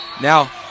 Now